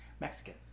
Mexican